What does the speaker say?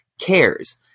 cares